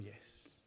yes